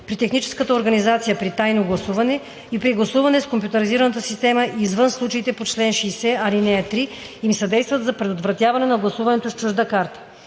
при техническата организация при тайно гласуване и при гласуване с компютризираната система извън случаите по чл. 60, ал. 3 им съдействат за предотвратяване на гласуването с чужда карта;